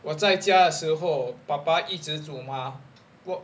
我在家的时候爸爸一直煮 mah